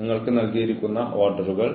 എന്ന് കണ്ടെത്തുക